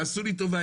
תעשו לי טובה,